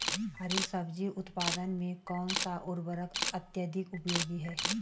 हरी सब्जी उत्पादन में कौन सा उर्वरक अत्यधिक उपयोगी है?